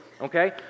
okay